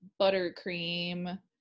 buttercream